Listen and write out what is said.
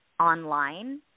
online